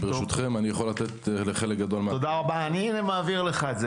אני מעביר לך את רשות הדיבור,